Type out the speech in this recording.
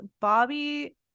bobby